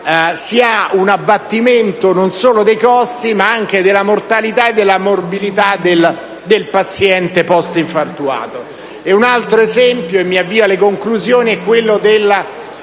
si ha un abbattimento non solo dei costi ma anche della mortalità e della morbilità del paziente post-infartuato. Un altro esempio è quello del